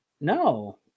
No